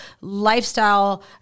lifestyle